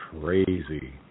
crazy